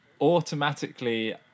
automatically